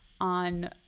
on